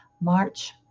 March